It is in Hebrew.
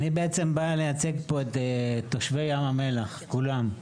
אני בעצם בא לייצג פה את תושבי ים המלח כולם.